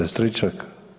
Stričak?